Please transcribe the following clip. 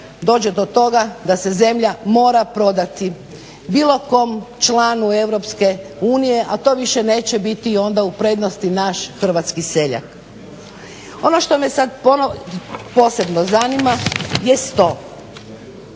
dođe do toga da se zemlja mora prodati bilo kom članu Europske unije, a to više neće biti onda u prednosti naš hrvatski seljak. Ono što me sad posebno zanima jest